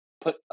put